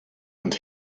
and